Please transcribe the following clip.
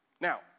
Now